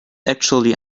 actually